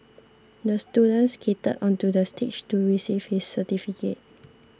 the student skated onto the stage to receive his certificate